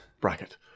bracket